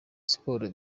siporo